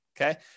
okay